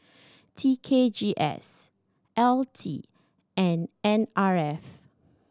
T K G S L T and N R F